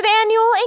annual